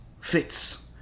fits